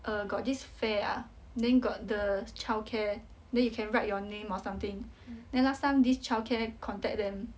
err got this fair ah then got the childcare then you can write your name or something then last time this childcare contact them